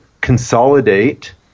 consolidate